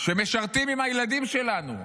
שמשרתים עם הילדים שלנו,